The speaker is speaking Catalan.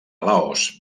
laos